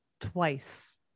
twice